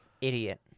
Idiot